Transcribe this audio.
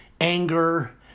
anger